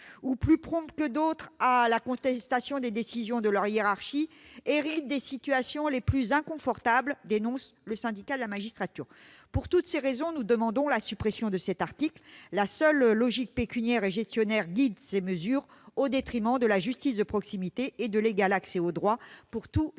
plus prompts que d'autres à la contestation des décisions de leur hiérarchie héritent des situations les plus inconfortables », dénonce le Syndicat de la magistrature. Pour toutes ces raisons, nous demandons la suppression de cet article. La seule logique pécuniaire et gestionnaire guide ces mesures, au détriment de la justice de proximité et de l'égal accès au droit pour tous les